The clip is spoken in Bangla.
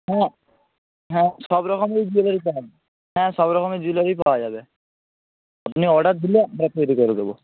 হ্যাঁ হ্যাঁ সব রকমের জুয়েলারি পাবেন হ্যাঁ সব রকমের জুয়েলারিই পাওয়া যাবে আপনি অর্ডার দিলে আমরা তৈরি করে দেবো